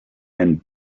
and